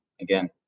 again